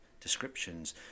descriptions